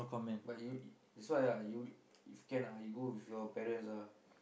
but you that's why ah you if you can ah you go with your parents ah